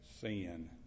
sin